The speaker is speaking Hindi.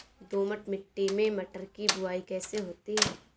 दोमट मिट्टी में मटर की बुवाई कैसे होती है?